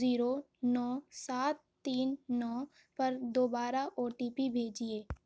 zero نو سات تین نو پر دوبارہ او ٹی پی بھیجیے